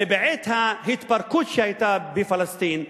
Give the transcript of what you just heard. הרי בעת ההתפרקות שהיתה בפלסטין,